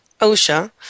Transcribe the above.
OSHA